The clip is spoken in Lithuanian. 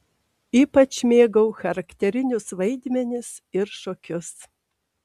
ypač mėgau charakterinius vaidmenis ir šokius